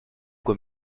quoi